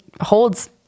holds